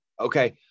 Okay